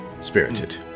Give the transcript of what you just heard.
spirited